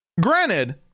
Granted